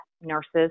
nurses